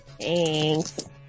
Thanks